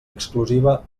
exclusiva